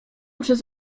przez